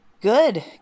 Good